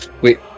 Wait